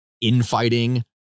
infighting